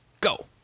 go